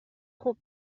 خوب